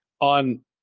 on